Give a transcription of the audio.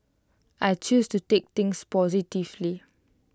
I choose to take things positively